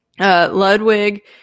Ludwig